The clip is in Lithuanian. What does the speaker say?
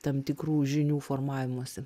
tam tikrų žinių formavimosi